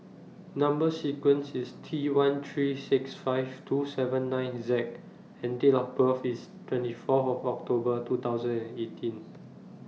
Number sequence IS T one three six five two seven nine Z and Date of birth IS twenty Fourth of October two thousand and eighteen